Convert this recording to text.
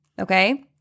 okay